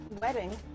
wedding